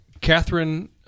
Catherine